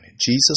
Jesus